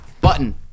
Button